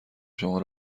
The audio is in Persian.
شما